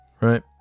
Right